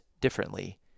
differently